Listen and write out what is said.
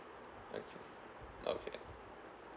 okay okay